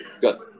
good